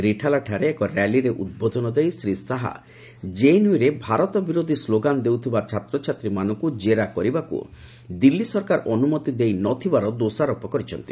ରିଠାଲା ଠାରେ ଏକ ର୍ୟାଲିରେ ଉଦ୍ବୋଧନ ଦେଇ ଶ୍ରୀ ଶାହା କେଏନ୍ୟୁରେ ଭାରତ ବିରୋଧୀ ସ୍ଲୋଗାନ୍ ଦେଉଥିବା ଛାତ୍ରଛାତ୍ରୀମାନଙ୍କୁ କେରା କରିବାକୁ ଦିଲ୍ଲୀ ସରକାର ଅନୁମତି ଦେଇନଥିବାର ଦୋଷାରୋପ କରିଛନ୍ତି